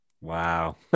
Wow